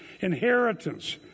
Inheritance